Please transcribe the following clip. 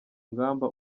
ngamba